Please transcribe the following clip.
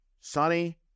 sunny